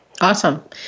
Awesome